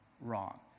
wrong